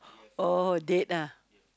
oh date ah